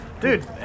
Dude